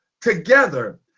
together